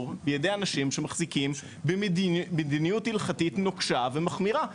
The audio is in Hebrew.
בידי אנשים שמחזיקים במדיניות הלכתית נוקשה ומחמירה.